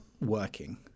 working